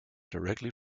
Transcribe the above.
directly